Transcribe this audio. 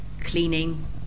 cleaning